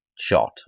shot